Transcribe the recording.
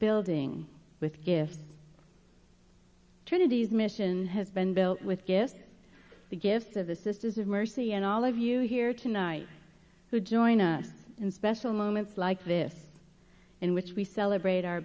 building with gifts trinity's mission has been built with gifts the gifts of the sisters of mercy and all of you here tonight who join us in special moments like this in which we celebrate our